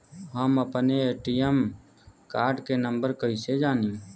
हम अपने ATM card के नंबर कइसे जानी?